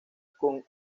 con